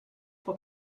for